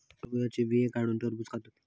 टरबुजाचे बिये काढुन टरबुज खातत